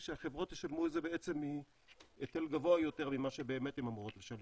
שהחברות ישלמו את זה מהיטל גבוה יותר ממה שבאמת הן אמורות לשלם.